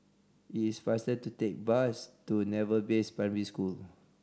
it's faster to take the bus to Naval Base Primary School